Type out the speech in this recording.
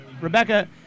Rebecca